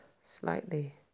slightly